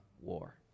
war